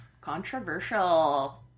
Controversial